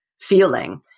feeling